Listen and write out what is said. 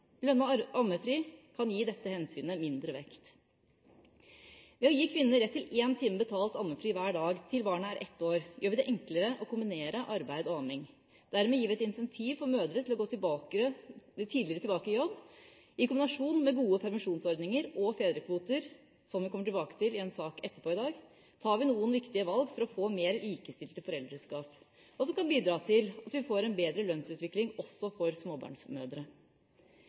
ammefri kan gi dette hensynet mindre vekt. Ved å gi kvinner rett til en time betalt ammefri hver dag til barnet er ett år, gjør vi det enklere å kombinere arbeid og amming. Dermed gir vi et incentiv for mødre til å gå tidligere tilbake i jobb. I kombinasjon med gode permisjonsordninger og fedrekvoter – som vi kommer tilbake til i en sak senere i dag – tar vi noen viktige valg for å få mer likestilte foreldreskap, som kan bidra til at vi får en bedre lønnsutvikling også for småbarnsmødre.